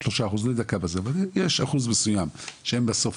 לא יודע כמה זה, אבל יש אחוז מסוים שהם בסוף